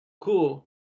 cool